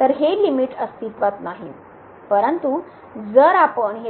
तर हे लिमिट अस्तित्त्वात नाही परंतु जर आपण